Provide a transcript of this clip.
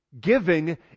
Giving